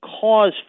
cause